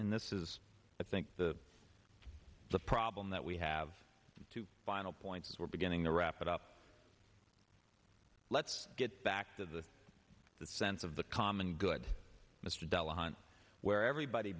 and this is i think the the problem that we have two final points is we're beginning to wrap it up let's get back to the sense of the common good mr delahunt where everybody